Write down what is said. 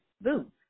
Boom